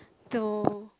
no